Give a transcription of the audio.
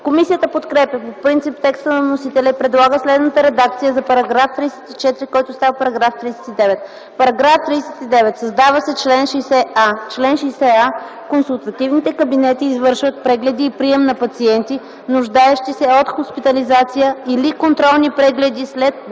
Комисията подкрепя по принцип текста на вносителя и предлага следната редакция за § 34, който става § 39: „§ 39. Създава се чл. 60а: „Чл. 60а. Консултативните кабинети извършват прегледи и прием на пациенти, нуждаещи се от хоспитализация или контролни прегледи след